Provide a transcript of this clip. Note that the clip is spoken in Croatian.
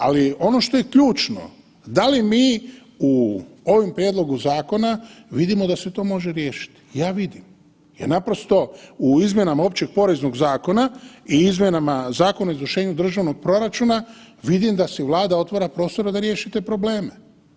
Ali ono što je ključno, da li mi u ovom prijedlogu zakona vidimo da se to može riješiti, ja vidim, ja naprosto u izmjenama Opće poreznog zakona i izmjenama Zakona o izvršenju državnog proračuna vidim da si Vlada otvara prostora da riješi te probleme.